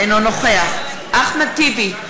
אינו נוכח אחמד טיבי,